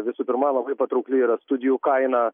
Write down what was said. visų pirma labai patraukli yra studijų kaina